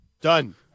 done